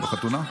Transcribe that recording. בחתונה?